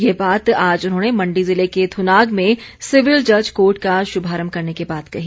ये बात आज उन्होंने मण्डी जिले के थुनाग में सिविल जज कोर्ट का शुभारम्भ करने के बाद कही